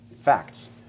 facts